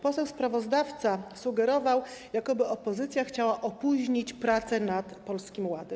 Poseł sprawozdawca sugerował, jakoby opozycja chciała opóźnić prace nad Polskim Ładem.